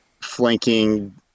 flanking